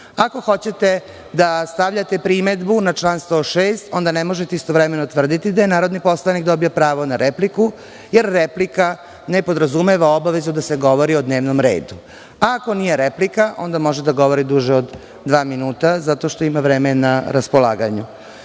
hoćete da stavljate primedbu na član 106, onda ne možete istovremeno tvrditi da je narodni poslanik dobio pravo na repliku, jer replika ne podrazumeva obavezu da se govori o dnevnom redu. Ako nije replika, onda može da govori duže od dva minuta, zato što ima vremena na raspolaganju.U